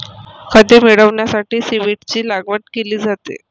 खते मिळविण्यासाठी सीव्हीड्सची लागवड केली जाते